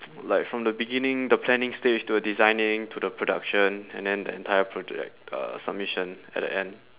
like from the beginning the planning stage to the designing to the production and then the entire project uh submission at the end